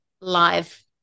live